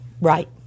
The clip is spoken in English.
Right